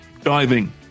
diving